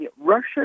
Russia